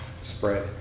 spread